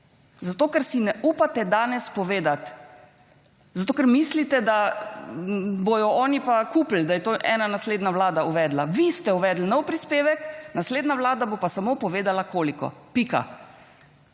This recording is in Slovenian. zato, ker si ne upate danes povedati, zato ker mislite, da bodo oni pa kupili, da je to ena naslednja vlada uvedla. Vi ste uvedli nov prispevek, naslednja vlada bo pa samo povedala koliko, pika.